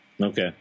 Okay